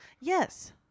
Yes